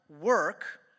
work